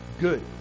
Good